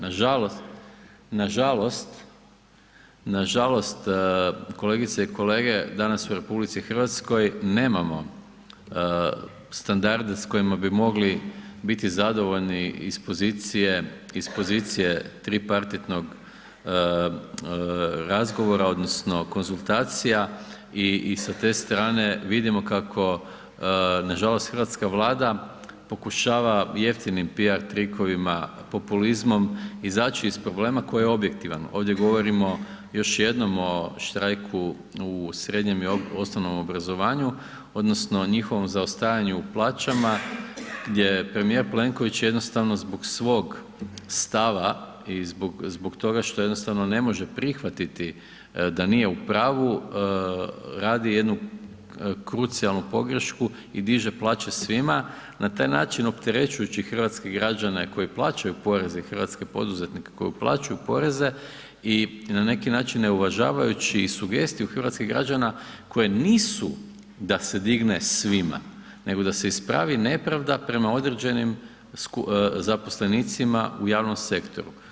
Nažalost kolegice i kolege, danas u RH nemamo standarde s kojima bi mogli biti zadovoljni iz pozicije tripartitnog razgovora odnosno konzultacija i sa te strane vidimo kako nažalost hrvatska Vlada pokušava jeftinim PR trikovima i populizmom izaći iz problema koji je objektivan, ovdje govorimo još jednom o štrajku u srednjem i osnovnom obrazovanju odnosno njihovom zaostajanju u plaćama gdje premijer Plenković jednostavno zbog svog stava i zbog toga što jednostavno ne može prihvatiti da nije upravu, radi jednu krucijalnu pogrešku i diže plaće svima, na taj način opterećujući hrvatske građane koji plaćaju poreze, hrvatske poduzetnike koji uplaćuju poreze i na neki način ne uvažavajući i sugestiju hrvatskih građana koji nisu da se digne svima nego da se ispravi nepravda prema određenim zaposlenicima u javnom sektoru.